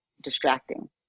distracting